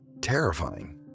terrifying